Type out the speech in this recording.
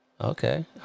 okay